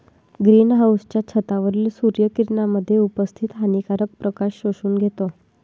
green हाउसच्या छतावरील सूर्य किरणांमध्ये उपस्थित हानिकारक प्रकाश शोषून घेतो